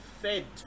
fed